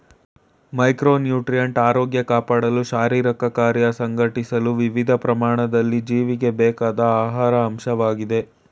micronutrient ಆರೋಗ್ಯ ಕಾಪಾಡಲು ಶಾರೀರಿಕಕಾರ್ಯ ಸಂಘಟಿಸಲು ವಿವಿಧ ಪ್ರಮಾಣದಲ್ಲಿ ಜೀವಿಗೆ ಬೇಕಾದ ಆಹಾರ ಅಂಶವಾಗಯ್ತೆ